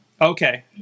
Okay